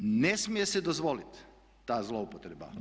Ne smije se dozvoliti ta zloupotreba.